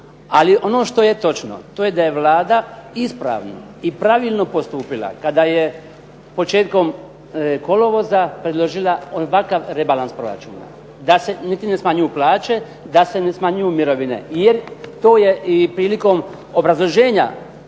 Ali ono što je točno, to je da je Vlada ispravno i pravilno postupila kada je početkom kolovoza predložila ovakav rebalans proračuna, da se niti ne smanjuju plaće, da se ne smanjuju mirovine, jer to je i prilikom obrazloženja